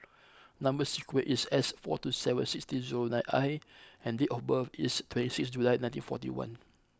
number sequence is S four two seven six zero nine I and date of birth is twenty six July nineteen forty one